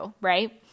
Right